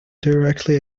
directly